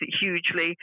hugely